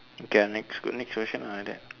okay ah next next question ah like that